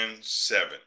seven